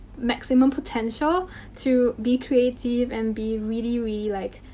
maximum potential to be creative and be really really like,